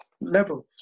levels